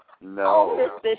No